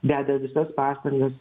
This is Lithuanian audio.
deda visas pastangas